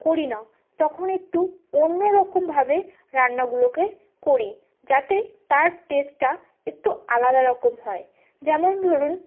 করি না তখন একটু অন্য রকমভাবে রান্নাগুলোকে করি যাতে তার টেস্টটা একটু আলাদা রকম হয় যেমন ধরুন